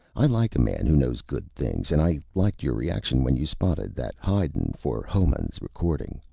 i like a man who knows good things and i liked your reaction when you spotted that haydn for hohmann's recording.